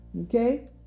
okay